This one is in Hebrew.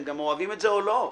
אם אוהבים את זה או לא.